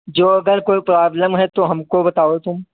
जो अगर कोई प्रॉब्लम है तो हमको बताओ तुम